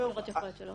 היכולת שלו.